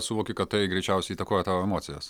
suvoki kad tai greičiausiai įtakojo tavo emocijas